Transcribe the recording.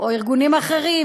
או ארגונים אחרים,